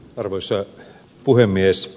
arvoisa puhemies